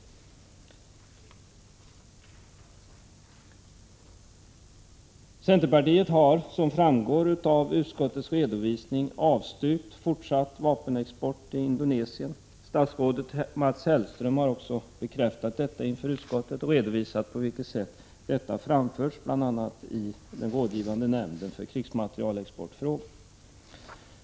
Centerpartiet har som framgår av utskottets redovisning avstyrkt fortsatt vapenexport till Indonesien. Statsrådet Mats Hellström har också bekräftat detta inför utskottet och redovisat på vilket sätt detta framförts, bl.a. i den rådgivande nämnden för krigsmaterielexportfrågor.